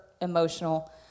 emotional